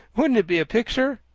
wouldn't it be a picture?